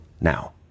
now